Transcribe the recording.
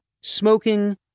smoking